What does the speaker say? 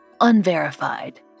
unverified